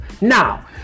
now